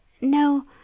No